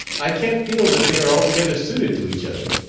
i can't feel that they are altogether suited to each other.